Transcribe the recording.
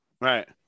Right